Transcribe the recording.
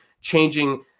changing